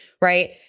right